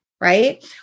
right